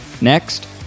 Next